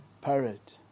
parrot